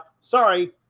Sorry